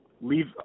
leave